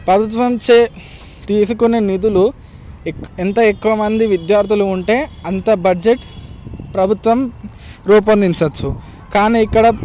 ప్రభుత్వంచే తీసుకునే నిధులు ఎంత ఎక్కువ మంది విద్యార్థులు ఉంటే అంత బడ్జెట్ ప్రభుత్వం రూపొందించ వచ్చు కానీ ఇక్కడ